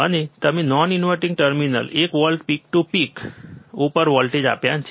અને તમે non inverting terminal એક વોલ્ટ પીક ટુ પીક ઉપર વોલ્ટેજ આપ્યા છે